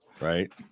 right